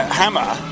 hammer